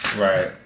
Right